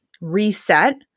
reset